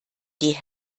die